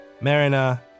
Marina